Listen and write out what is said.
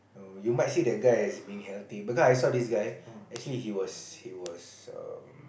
no you might say that guy is being healthy because I saw this guy actually he was he was um